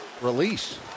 release